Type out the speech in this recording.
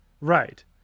Right